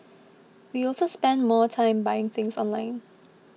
we also spend more time buying things online